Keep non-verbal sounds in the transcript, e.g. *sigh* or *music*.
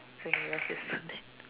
*noise* just do that